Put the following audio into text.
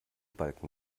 balken